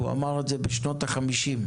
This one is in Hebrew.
הוא אמר את זה בשנות ה-50.